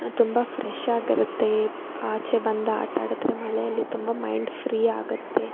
ತುಂಬ ಫ್ರೆಶಾಗಿರತ್ತೆ ಆಚೆ ಬಂದು ಆಟ ಆಡಿದ್ರೆ ಮಳೆಯಲ್ಲಿ ತುಂಬ ಮೈಂಡ್ ಫ್ರೀ ಆಗುತ್ತೆ